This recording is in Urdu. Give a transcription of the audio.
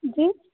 جی